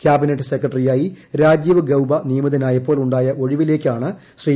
cabinet സെക്രട്ടറിയായി രാജീവ് ഗൌബ നിയമിതനായപ്പോൾ ഉണ്ടായ ഒഴിവിലേക്കാണ് ശ്രീ